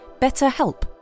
BetterHelp